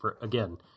again